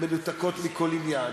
מנותקות מכל עניין.